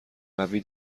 قوی